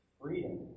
freedom